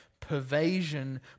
pervasion